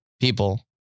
people